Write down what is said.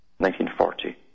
1940